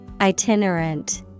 Itinerant